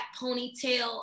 ponytail